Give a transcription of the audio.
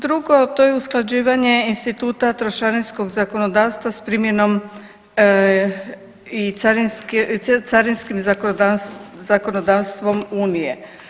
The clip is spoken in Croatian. Drugo to je usklađivanje instituta trošarinskog zakonodavstva i primjenom carinskim zakonodavstvom Unije.